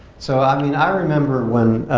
so, i mean, i remember when